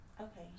Okay